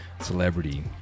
celebrity